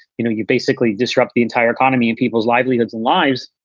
you know you basically disrupt the entire economy and people's livelihoods, lives,